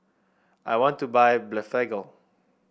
I want to buy Blephagel